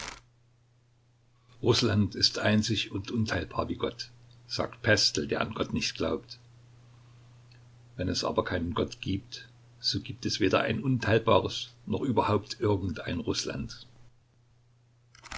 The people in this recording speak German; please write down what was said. rußland ist einzig und unteilbar wie gott sagt pestel der an gott nicht glaubt wenn es aber keinen gott gibt so gibt es weder ein unteilbares noch überhaupt irgendein rußland